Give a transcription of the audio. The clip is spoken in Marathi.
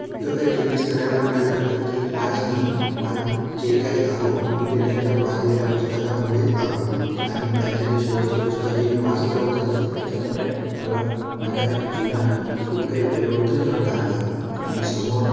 इतकं काही चेंजेस करायला मिळालं की आज मी म जे काही आहो ते त्यांच्या वाचलेल्या पुस्तकामुळेच आहो आणि त्यांचं जे शेवटचं पुस्तक जे मी वाचलं होतं त्याच्यामुळे मला माझ्या जीवनात खूप काही परिवर्तन करता आलं आणि समोर